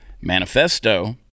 manifesto